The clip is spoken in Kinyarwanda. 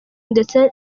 ndetse